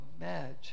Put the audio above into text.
imagine